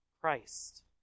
Christ